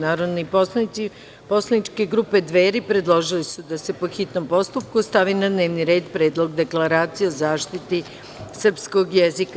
Narodni poslanici poslaničke grupe Dveri predložili su da se po hitnom postupku stavi na dnevni red - Predlog deklaracije o zaštiti srpskog jezika.